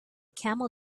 camel